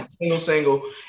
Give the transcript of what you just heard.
single-single